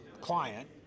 client